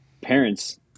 parents